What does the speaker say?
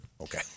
Okay